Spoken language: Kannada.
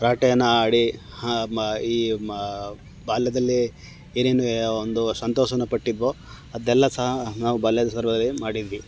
ರಾಟೆಯನ್ನು ಆಡಿ ಮ ಈ ಮ ಬಾಲ್ಯದಲ್ಲಿ ಏನೇನು ಒಂದು ಸಂತೋಷನ ಪಟ್ಟಿದ್ದೆವೋ ಅದೆಲ್ಲ ಸಹ ನಾವು ಬಾಲ್ಯ ಮಾಡಿದ್ವಿ